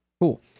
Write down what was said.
Cool